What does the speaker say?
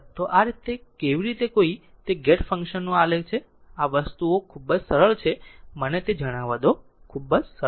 તેથી આ તે રીતે કેવી રીતે કોઈ તે ગેટ ફંક્શન નું આલેખ છે અને આ વસ્તુઓ ખૂબ જ સરળ છે મને જણાવવા દો ખૂબ સરળ છે